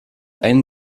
einen